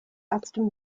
aston